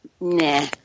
nah